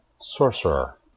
Sorcerer